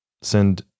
send